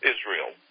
Israel